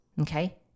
Okay